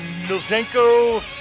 Milzenko